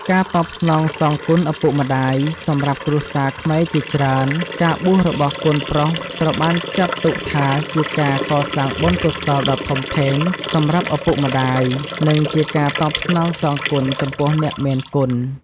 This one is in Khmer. ការតបស្នងសងគុណឪពុកម្តាយ សម្រាប់គ្រួសារខ្មែរជាច្រើន ការបួសរបស់កូនប្រុសត្រូវបានចាត់ទុកថាជាការកសាងបុណ្យកុសលដ៏ធំធេងសម្រាប់ឪពុកម្តាយ និងជាការតបស្នងសងគុណចំពោះអ្នកមានគុណ។